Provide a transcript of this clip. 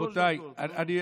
רבותיי,